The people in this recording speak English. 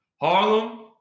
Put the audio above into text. Harlem